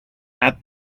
add